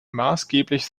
maßgeblich